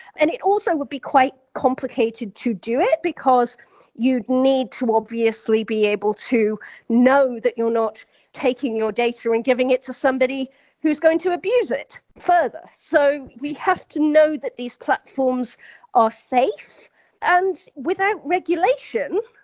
and it also would be quite complicated to do it, because you need to obviously be able to know that you're not taking your data and giving it to somebody who's going to abuse it further. so we have to know that these platforms are safe and without regulation,